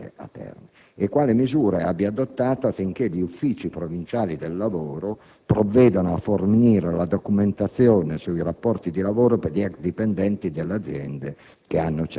e quali misure abbia adottato affinché gli Uffici provinciali del lavoro provvedano a fornire la documentazione sui rapporti di lavoro per gli ex dipendenti delle aziende